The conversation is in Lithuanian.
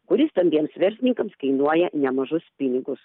kuri stambiems verslininkams kainuoja nemažus pinigus